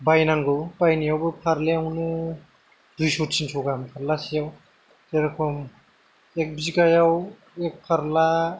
बायनांगौ बायनायावबो फारलायावनो दुइस' थिनस' गाहाम फारलासेयाव जेरेखम एक बिगायाव एक फारला